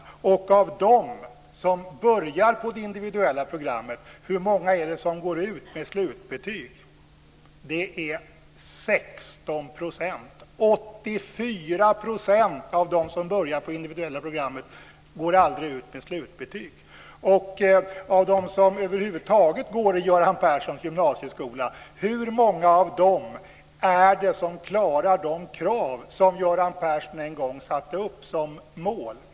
Hur många av dem som börjar på det individuella programmet går ut med slutbetyg? Det är 16 %. 84 % av dem som börjar på det individuella programmet går aldrig ut med slutbetyg. Hur många av dem som över huvud taget går i Göran Perssons gymnasieskola klarar de krav som Göran Persson en gång satte upp som mål?